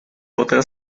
potrà